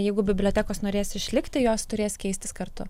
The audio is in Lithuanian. jeigu bibliotekos norės išlikti jos turės keistis kartu